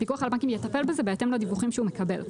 הפיקוח על הבנקים יטפל בזה בהתאם לדיווחים שהוא מקבל.